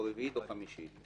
רביעית או חמישית.